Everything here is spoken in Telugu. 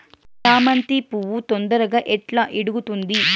చామంతి పువ్వు తొందరగా ఎట్లా ఇడుగుతుంది?